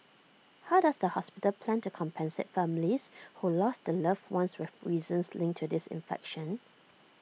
how does the hospital plan to compensate families who lost their loved ones with reasons linked to this infection